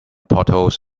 portals